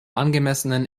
angemessenen